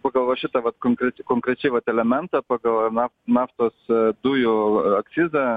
pagal va šitą vat konkret konkrečiai vat elementą pagal ana naftos dujų akcizą